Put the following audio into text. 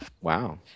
Wow